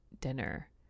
dinner